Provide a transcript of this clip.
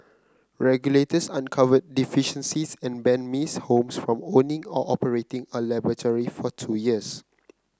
regulators uncovered deficiencies and banned Miss Holmes from owning or operating a laboratory for two years